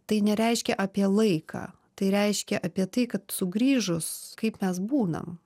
tai nereiškia apie laiką tai reiškia apie tai kad sugrįžus kaip mes būnam